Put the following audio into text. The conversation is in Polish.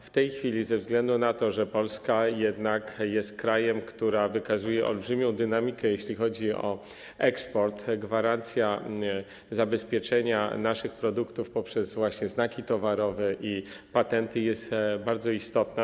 W tej chwili ze względu na to, że Polska jest jednak krajem, który wykazuje olbrzymią dynamikę, jeśli chodzi o eksport, gwarancja zabezpieczenia naszych produktów poprzez znaki towarowe i patenty jest bardzo istotna.